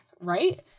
right